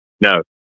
No